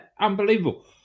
unbelievable